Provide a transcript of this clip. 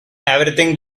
everything